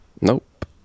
nope